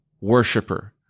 worshiper